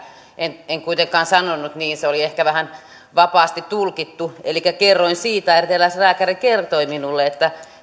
en en kuitenkaan sanonut niin se oli ehkä vähän vapaasti tulkittu elikkä kerroin siitä että eräs lääkäri kertoi minulle että